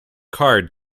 card